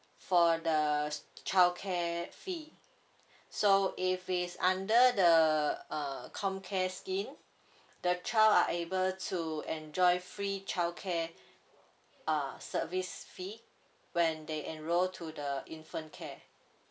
for the the childcare fee so if it's under the uh comcare scheme the child are able to enjoy free childcare uh service fee when they enroll to the infant care